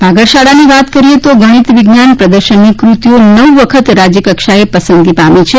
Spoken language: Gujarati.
ભાગડ શાળાની વાત કરીએ તો તેની ગણિત વિજ્ઞાન પ્રદર્શનની કૃતિઓ નવ વખત રાજ્યકક્ષાએ પસંદગી પામી છે